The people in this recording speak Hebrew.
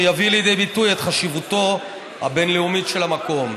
יביא לידי ביטוי את חשיבותו הבין-לאומית של המקום".